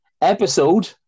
Episode